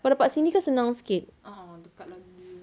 kalau dapat sini kan senang sikit